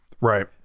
Right